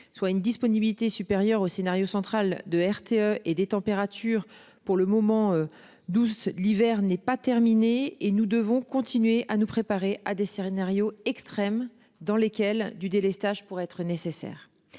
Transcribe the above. soit une disponibilité supérieur au scénario central de RTE et des températures pour le moment 12 l'hiver n'est pas terminée et nous devons continuer à nous préparer à des scénarios extrêmes dans lesquelles du délestage pour être nécessaire.